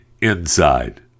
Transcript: inside